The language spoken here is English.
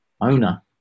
owner